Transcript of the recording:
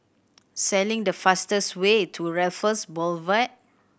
the fastest way to Raffles Boulevard